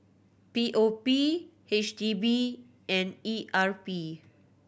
P O P H D B and E R P